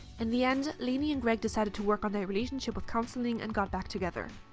and the end, lainey and greg decided to work on their relationship with counselling and got back together.